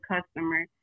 customer